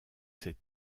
ses